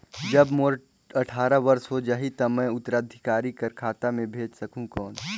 जब मोर अट्ठारह वर्ष हो जाहि ता मैं उत्तराधिकारी कर खाता मे भेज सकहुं कौन?